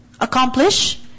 accomplish